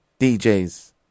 DJs